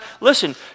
listen